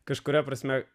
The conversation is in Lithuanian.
kažkuria prasme